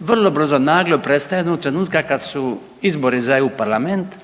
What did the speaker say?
vrlo brzo naglo prestaje onog trenutka kad su izbori za EU parlament